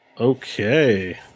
Okay